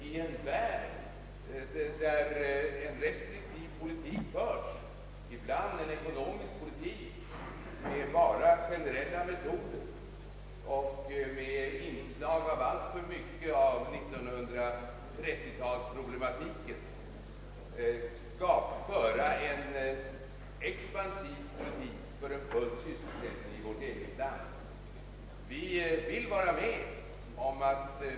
I en värld, där man för en restriktiv politik — ibland en ekonomisk politik med bara generella metoder och med inslag av alltför mycket av 1930-talets metodik — kan vi inte ensamma föra en expansiv politik för en full sysselsättning i vårt eget land.